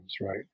right